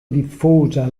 diffusa